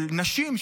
של נשים,